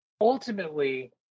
Ultimately